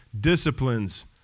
disciplines